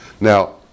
Now